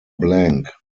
blank